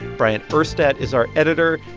bryant urstadt is our editor.